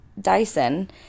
Dyson